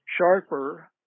sharper